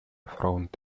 front